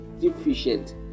deficient